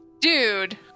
Dude